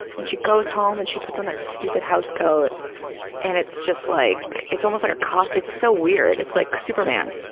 and she goes home and she puts on that stupid housecoat and it's just like, it's almost like a cos, it's so weird. it's like superman,